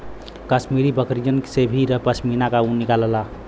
कश्मीरी बकरिन से ही पश्मीना ऊन निकलला